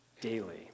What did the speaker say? daily